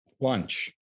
lunch